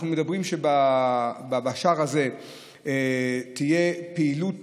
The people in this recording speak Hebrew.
אנחנו מדברים על כך שבשער הזה תהיה פעילות